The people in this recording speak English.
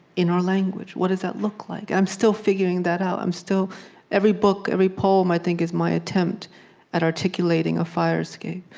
in our language? what does that look like? i'm still figuring that out. i'm still every book, every poem, i think, is my attempt at articulating a fire escape.